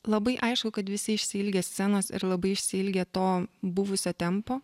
labai aišku kad visi išsiilgę scenos ir labai išsiilgę to buvusio tempo